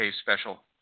Special